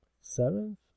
seventh